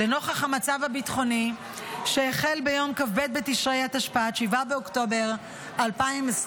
לנוכח המצב הביטחוני שהחל ביום כ"ב בתשרי התשפ"ד (7 באוקטובר 2023),